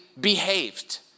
behaved